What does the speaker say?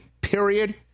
period